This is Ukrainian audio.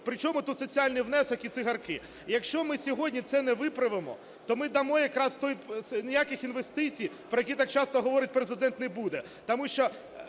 Причому тут соціальний внесок і цигарки? Якщо ми сьогодні це не виправимо, то ми дамо якраз… ніяких інвестицій, про які так часто говорить Президент не буде,